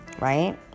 right